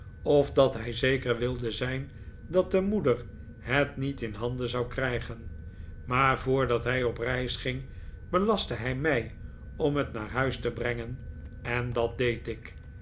of dat hij zeker wilde zijn dat de moeder het niet in handen zou krijgenj maar voordat hij op reis ging belastte hij mij om het naar huis te brengen en dat deed ik